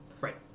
Right